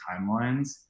timelines